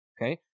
okay